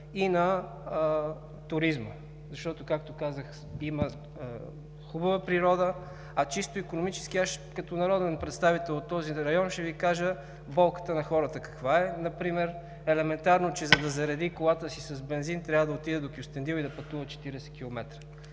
и на туризма, защото, както казах, има хубава природа. А чисто икономически аз като народен представител от този район ще Ви кажа каква е болката на хората: например, елементарно, за да зареди колата си с бензин, трябва да отиде до Кюстендил и да пътува 40 км.